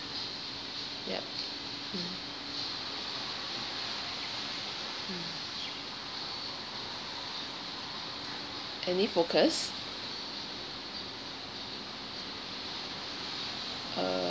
yup any focus uh